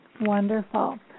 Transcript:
Wonderful